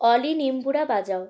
অলি নিম্বুড়া বাজাও